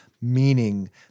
Meaning